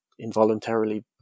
involuntarily